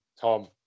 Tom